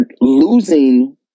losing